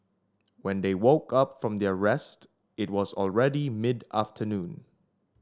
when they woke up from their rest it was already mid afternoon